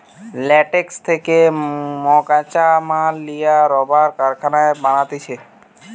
latex থেকে মকাঁচা মাল লিয়া রাবার কারখানায় বানাতিছে